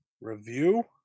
review